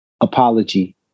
apology